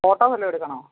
photo വല്ലതും എടുക്കണോ